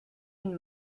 une